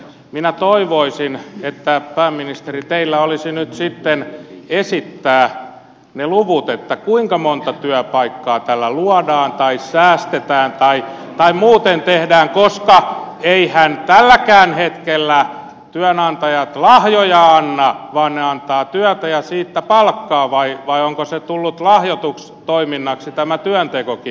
minä toivoisin pääministeri että teillä olisi nyt sitten esittää ne luvut kuinka monta työpaikkaa tällä luodaan tai säästetään tai muuten tehdään koska eiväthän tälläkään hetkellä työnantajat lahjoja anna vaan ne antavat työtä ja siitä palkkaa vai onko tullut lahjotuksi toiminnaksi tämä työntekokin